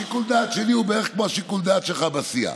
שיקול הדעת שלי הוא בערך כמו השיקול דעת שלך בסיעה.